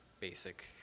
basic